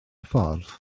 ffordd